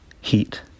Heat